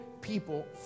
people